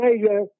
Major